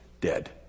dead